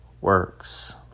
works